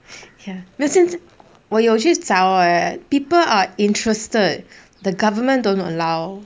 ya 现在我有去找 leh people are interested the government don't allow